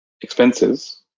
expenses